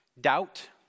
doubt